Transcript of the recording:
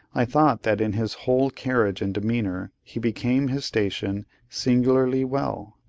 i thought that in his whole carriage and demeanour, he became his station singularly well.